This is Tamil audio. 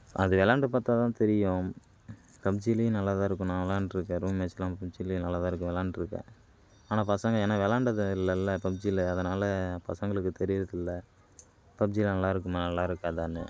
அது விளாண்டு பார்த்தாதான் தெரியும் பப்ஜிலயும் நல்லாதான் இருக்கும் நா விளாண்டுருக்கன் ரூம் மேட்சிலான் பப்ஜிலயும் நல்லாதான் இருக்குது விளாண்டுருக்கன் ஆனால் பசங்கள் ஏன்னா விளாண்டதுல்லல பப்ஜில அதனால் பசங்களுக்கு தெரியிறது இல்லை பப்ஜி நல்லாருக்குமா நல்லாருக்காதான்னு